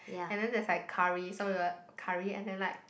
and then there's like curry so we will like curry and then like